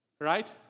right